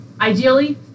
ideally